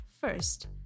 First